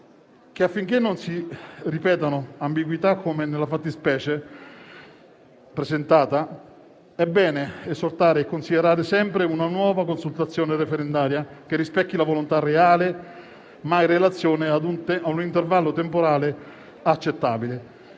affinché non si ripetano ambiguità come nella fattispecie presentata, è bene esortare a considerare sempre una nuova consultazione referendaria che rispecchi la volontà reale, ma in relazione a un intervallo temporale accettabile.